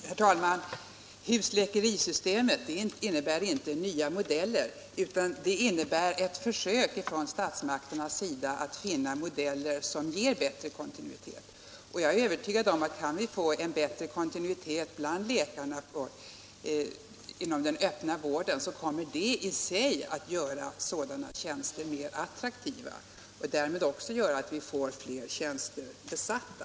Herr talman! Husläkarsystemet innebär inte nya modeller, utan det innebär ett försök från statsmakternas sida att finna modeller som ger bättre kontinuitet. Jag är övertygad om att om vi kan få bättre kontinuitet bland läkarna inom den öppna vården kommer det i sig att göra sådana tjänster mera attraktiva, och därmed kommer vi också att få fler tjänster besatta.